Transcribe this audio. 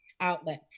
outlet